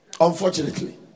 unfortunately